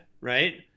Right